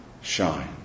shine